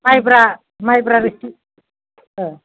माइब्रा माइब्रा रोसि